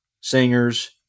singers